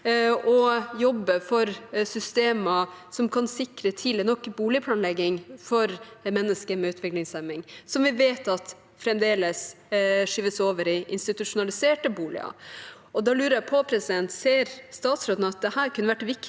å jobbe for systemer som kan sikre tidlig nok boligplanlegging for mennesker med utviklingshemming, som vi vet fremdeles skyves over i institusjonaliserte boliger. Da lurer jeg på: Ser statsråden at dette kunne vært viktige